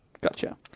Gotcha